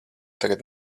tagad